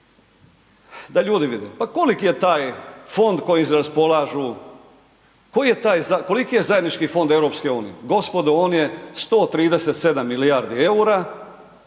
da ljudi vide, pa koliko je taj fond kojim raspolažu, koliki je zajednički Fond EU, gospodo on je 137 milijardi EUR-a,